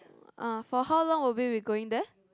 uh for how long will we be going there